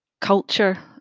culture